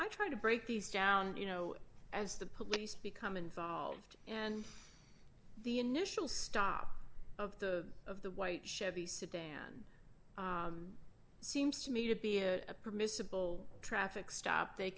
try to break these down you know as the police become involved and the initial stop of the of the white chevy sit down seems to me to be a permissible traffic stop they